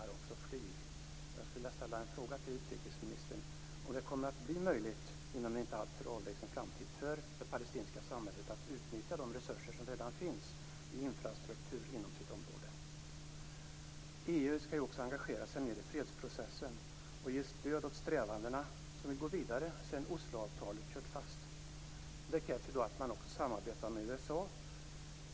Kommer det inom en inte alltför avlägsen framtid att bli möjligt för det palestinska samhället att utnyttja de resurser i infrastruktur som redan finns inom dess område? EU skall också engagera sig mer i fredsprocessen och ge stöd åt strävandena att gå vidare sedan Osloavtalet kört fast. Det krävs då att man också samarbetar med USA.